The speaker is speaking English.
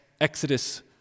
Exodus